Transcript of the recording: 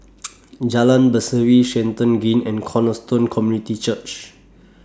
Jalan Berseri Stratton Green and Cornerstone Community Church